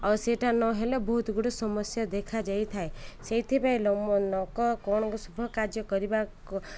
ଆଉ ସେଇଟା ନହଲେ ବହୁତ ଗୁଡ଼ିଏ ସମସ୍ୟା ଦେଖାଯାଇଥାଏ ସେଇଥିପାଇଁ ତ ଲୋକ କଣ ଶୁଭ କାର୍ଯ୍ୟ କରିବା